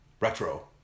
retro